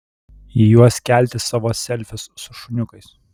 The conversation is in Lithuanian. į juos kelti savo selfius su šuniukais